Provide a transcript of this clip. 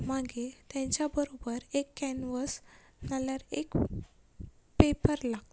मागीर तांच्या बरोबर एक कनवस नाजाल्यार एक पेपर लागता